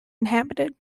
inhabited